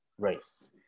race